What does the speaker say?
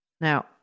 Now